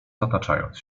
zataczając